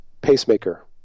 pacemaker